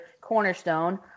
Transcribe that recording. Cornerstone